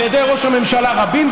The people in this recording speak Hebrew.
על ידי ראש הממשלה רבין,